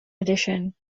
edition